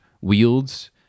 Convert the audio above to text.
wields